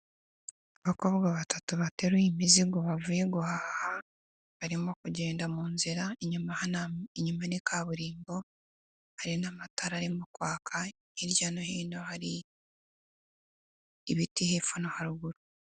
Abakobwa batatu bateruye imizigo bavuye guhaha, barimo kugenda mu nzira inyuma ni kaburimbo hari n'amatara arimo kwaka, hirya no hino hari ibiti hepfo no haruguru.